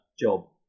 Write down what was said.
job